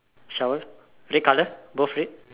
shower red colour both red